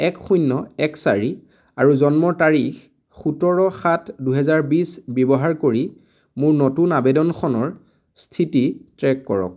এক শূন্য এক চাৰি আৰু জন্মৰ তাৰিখ সোতৰ সাত দুহেজাৰ বিছ ব্যৱহাৰ কৰি মোৰ নতুন আবেদনখনৰ স্থিতি ট্ৰেক কৰক